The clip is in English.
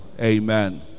Amen